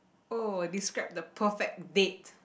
oh describe the perfect date